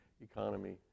economy